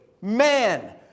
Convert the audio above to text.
man